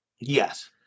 Yes